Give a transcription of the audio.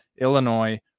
Illinois